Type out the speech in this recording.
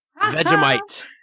vegemite